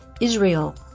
Israel